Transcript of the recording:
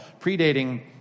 predating